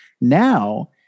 Now